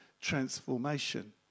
transformation